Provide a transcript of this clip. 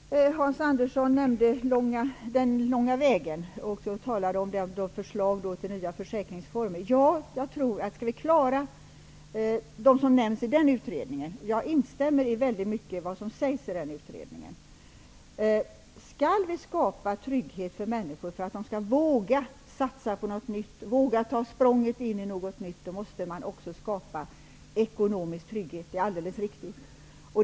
Herr talman! Hans Andersson nämnde boken ''Den långa vägen'' och talade om förslagen till nya försäkringsformer. Ja, för att vi skall klara de åtgärder som nämns i utredningen -- för övrigt instämmer jag i väldigt mycket av det som sägs i den här utredningen -- och kunna skapa trygghet för människorna, så att dessa vågar satsa på och ta språnget mot något nytt, måste ekonomisk trygghet skapas. Det är alldeles riktigt.